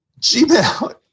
Gmail